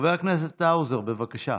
חבר הכנסת האוזר, בבקשה.